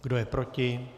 Kdo je proti?